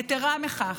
יתרה מזו,